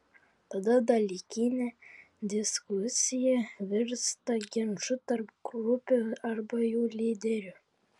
tada dalykinė diskusija virsta ginču tarp grupių arba jų lyderių